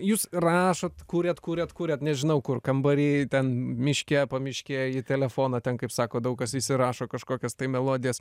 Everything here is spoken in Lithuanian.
jūs rašot kuriat kuriat kuriat nežinau kur kambary ten miške pamiškėj į telefoną ten kaip sako daug kas įsirašo kažkokias melodijas